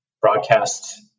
broadcast